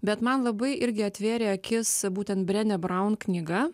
bet man labai irgi atvėrė akis būtent brene braun knyga